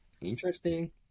interesting